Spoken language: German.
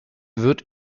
wird